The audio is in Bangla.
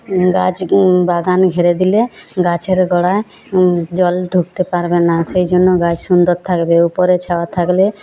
গাছ বাগান ঘিরে দিলে গাছের গোঁড়ায় জল ঢুকতে পারবে না সেই জন্য গাছ সুন্দর থাকবে উপরে ছাওয়া থাকলে